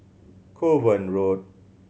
Kovan Road